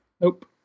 Nope